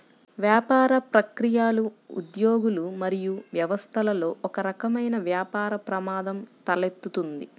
వ్యాపార ప్రక్రియలు, ఉద్యోగులు మరియు వ్యవస్థలలో ఒకరకమైన వ్యాపార ప్రమాదం తలెత్తుతుంది